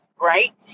right